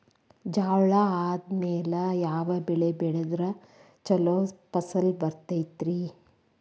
ಜ್ವಾಳಾ ಆದ್ಮೇಲ ಯಾವ ಬೆಳೆ ಬೆಳೆದ್ರ ಛಲೋ ಫಸಲ್ ಬರತೈತ್ರಿ?